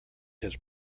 his